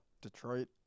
Detroit